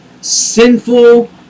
sinful